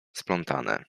splątane